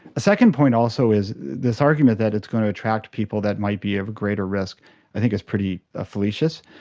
second point also is this argument that it's going to attract people that might be of greater risk i think is pretty ah fallacious,